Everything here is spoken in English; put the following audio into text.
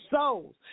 souls